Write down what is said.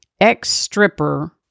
ex-stripper